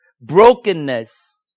brokenness